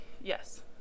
yes